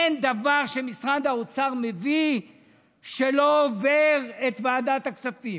אין דבר שמשרד האוצר מביא שלא עובר את ועדת הכספים,